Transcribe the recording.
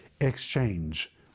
exchange